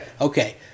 Okay